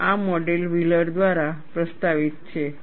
અને આ model Wheeler દ્વારા પ્રસ્તાવિત છે